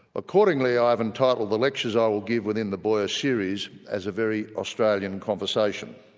accordingly i have entitled the lectures i will give within the boyer series as a very australian conversation.